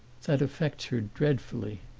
that affects her dreadfully.